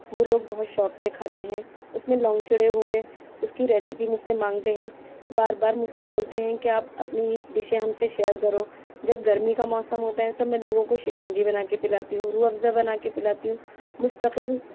وہ لوگ بہت شوق سے کھاتے ہیں اُس میں لونگ چڑے ہوئے اُس کی ریسیپی مجھ سے مانگتے ہیں بار بار مجھ سے بولتے ہیں کہ آپ اپنی ڈشیں ہم سے شیر کرو جب گرمی کا موسم ہوتا تو میں لوگوں کو شکنجی بنا کے پلاتی ہوں روح افزا بنا کے پلاتی ہوں مستقل